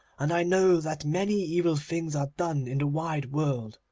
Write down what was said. and i know that many evil things are done in the wide world.